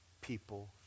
people